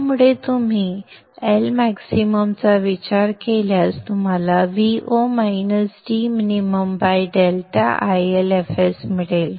त्यामुळे तुम्ही L max चा विचार केल्यास तुम्हाला Vo dmin ∆IL fs मिळेल